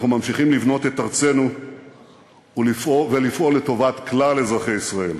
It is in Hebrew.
אנחנו ממשיכים לבנות את ארצנו ולפעול לטובת כלל אזרחי ישראל.